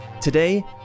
Today